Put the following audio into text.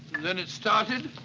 and then it started